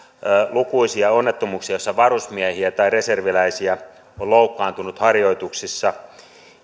lukuisia onnettomuuksia joissa varusmiehiä tai reserviläisiä on loukkaantunut harjoituksissa